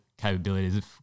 capabilities